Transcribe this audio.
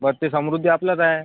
बरं ते समृद्धी आपलंच आहे